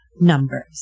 numbers